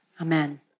Amen